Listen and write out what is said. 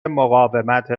مقاومت